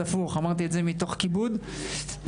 הפוך, אמרתי את זה מתוך כיבוד והערכה.